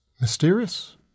mysterious